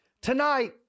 Tonight